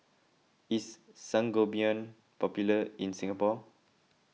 is Sangobion popular in Singapore